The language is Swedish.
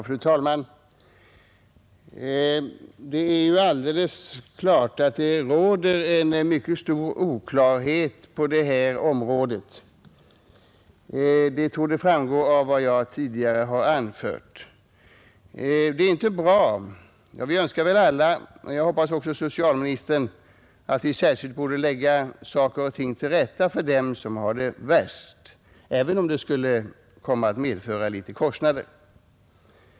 Fru talman! Det är alldeles uppenbart att det råder mycken oklarhet på det här området. Det torde framgå av vad jag tidigare har anfört. Det är inte bra, och vi anser väl alla — och jag hoppas också socialministern — att vi särskilt borde försöka lägga saker och ting till rätta för dem som har det värst, även om det skulle komma att medföra ytterligare kostnader.